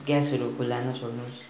ग्यासहरू खुल्ला नछोड्नुहोस्